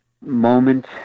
moment